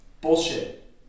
Bullshit